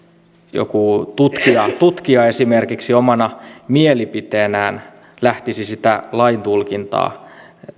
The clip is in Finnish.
joku tutkija esimerkiksi omana mielipiteenään lähtisi sitä laintulkintaa